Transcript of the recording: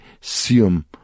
Sium